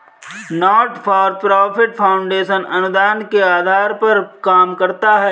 not for profit foundation अनुदान के आधार पर काम करता है